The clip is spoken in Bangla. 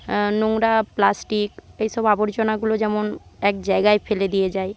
নোংরা প্লাস্টিক এইসব আবর্জনাগুলো যেমন এক জায়গায় ফেলে দিয়ে যায়